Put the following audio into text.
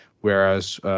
whereas